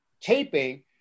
taping